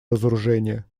разоружения